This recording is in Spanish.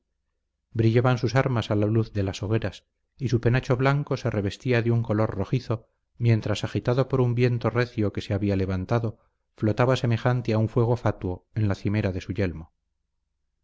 brillaban sus armas a la luz de las hogueras y su penacho blanco se revestía de un color rojizo mientras agitado por un viento recio que se había levantado flotaba semejante a un fuego fatuo en la cimera de su yelmo